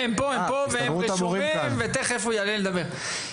הם פה; הם רשומים ותכף אתן להם לדבר.